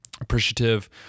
appreciative